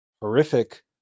horrific